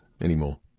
anymore